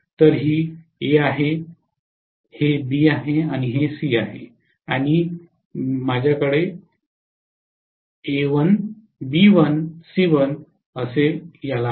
तर ही A आहे ही B आहे आणि ही C आहे मी असे म्हणतात